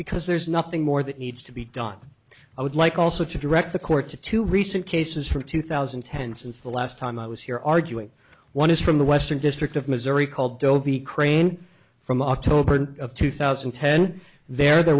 because there's nothing more that needs to be done i would like also to direct the court to two recent cases from two thousand and ten since the last time i was here arguing one is from the western district of missouri called dhobi crane from october of two thousand and ten there there